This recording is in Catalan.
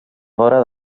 vora